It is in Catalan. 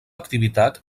activitat